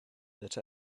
that